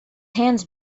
hands